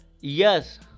yes